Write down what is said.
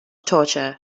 torture